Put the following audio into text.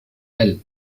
health